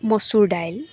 মচুৰ দাইল